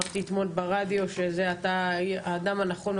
אמרתי אתמול ברדיו שאתה האדם הנכון,